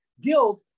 Guilt